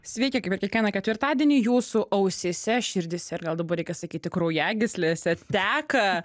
sveiki kaip ir kiekvieną ketvirtadienį jūsų ausyse širdyse ir gal dabar reikia sakyti kraujagyslėse teka